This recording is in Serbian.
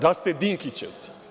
Da ste Dinkićevci.